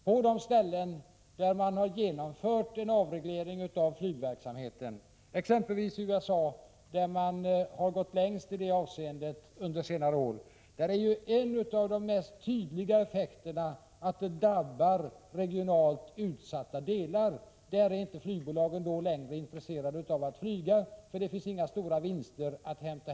På de ställen där man har genomfört en avreglering av flygverksamheten, exempelvis i USA, där man har gått längst i det avseendet under senare år, är en av de tydligaste effekterna att utsatta delar drabbas. Dit är flygbolagen inte längre intresserade av att flyga, eftersom det inte finns några stora vinster att hämta.